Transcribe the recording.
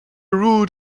root